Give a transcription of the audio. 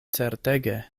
certege